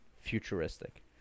futuristic